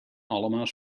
allemaal